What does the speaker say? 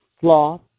sloth